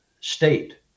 state